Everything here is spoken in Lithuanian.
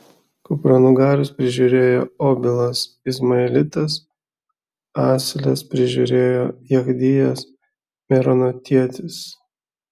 kupranugarius prižiūrėjo obilas izmaelitas asiles prižiūrėjo jechdijas meronotietis